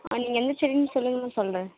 ஆ நீங்கள் எந்த செடின்னு சொல்லுங்கள் நான் சொல்கிறேன்